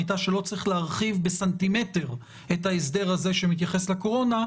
שלא צריך להרחיב בסנטימטר את ההסדר הזה שמתייחס לקורונה,